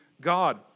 God